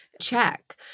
check